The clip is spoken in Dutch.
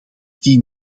tien